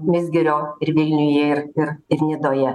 mizgirio ir vilniuje ir ir nidoje